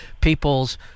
peoples